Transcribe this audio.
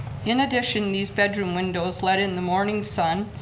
in addition, these bedroom windows let in the morning sun,